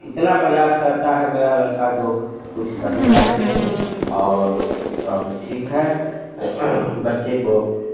इतना प्रयास करता है मेरा लड़का जो कुछ कहने लायक नहीं और सब ठीक है बच्चे को